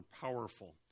powerful